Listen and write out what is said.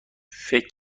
فکر